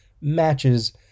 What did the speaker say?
matches